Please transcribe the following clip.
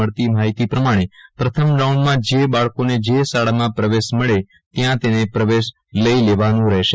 મળતી માહિતી પ્રમાણે પ્રથમ રાઉન્ડમાં જે બાળકોને જે શાળામાં પ્રવેશ મળે ત્યાં તેને પ્રવેશ લઈ લેવાનું રહેશે